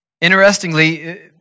Interestingly